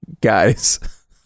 guys